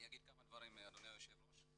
אני אגיד כמה דברים, אדוני היושב ראש.